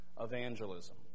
evangelism